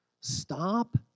stop